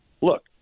look